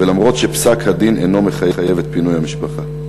ואף שפסק-הדין אינו מחייב את פינוי המשפחה?